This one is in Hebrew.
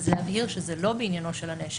להבהיר שזה לא בעניינו של הנאשם.